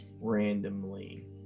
randomly